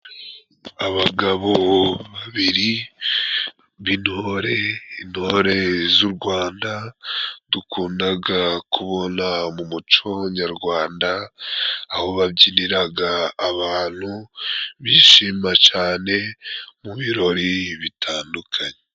Abagabo babiri b'intore intore z'u Rwanda. Dukundaga kubona mu muco nyarwanda aho babyiniraga, abantu bishima cane mu birori bitandukanye.